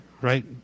right